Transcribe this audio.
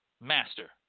master